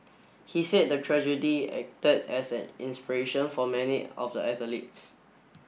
he said the tragedy acted as an inspiration for many of the athletes